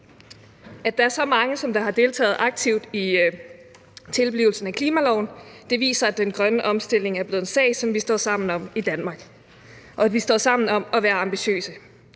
At der er så mange, som har deltaget aktivt i tilblivelsen af klimaloven, viser, at den grønne omstilling er blevet en sag, som vi står sammen om i Danmark, og at vi står sammen om at være ambitiøse.